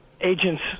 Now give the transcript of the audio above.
agents